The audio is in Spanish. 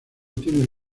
tiene